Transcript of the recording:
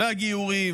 גיורים,